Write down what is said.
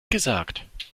gesagt